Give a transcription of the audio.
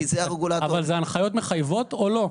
אלה הנחיות מחייבות או לא?